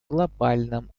глобальном